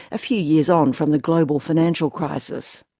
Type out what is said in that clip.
a few years on from the global financial crisis.